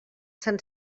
sant